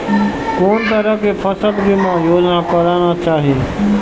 कोन तरह के फसल बीमा योजना कराना चाही?